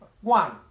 One